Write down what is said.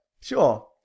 Sure